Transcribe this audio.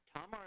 Tom